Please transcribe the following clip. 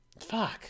Fuck